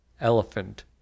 elephant